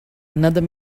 another